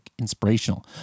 inspirational